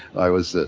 i was,